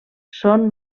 són